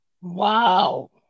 Wow